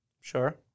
Sure